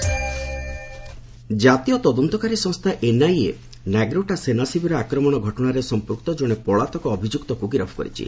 NIA arrest ଜାତୀୟ ତଦନ୍ତକାରୀ ସଂସ୍ଥା ଏନ୍ଆଇଏ ନାଗ୍ରୋଟା ସେନା ଶିବିର ଆକ୍ରମଣ ଘଟଣାରେ ସଂପୃକ୍ତ ଜଣେ ପଳାତକ ଅଭିଯୁକ୍ତକୁ ଗିରଫ କରିଛି